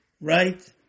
right